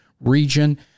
region